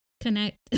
connect